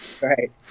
right